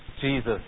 Jesus